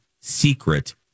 secret